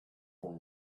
from